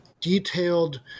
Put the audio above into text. detailed